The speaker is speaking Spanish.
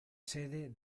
sede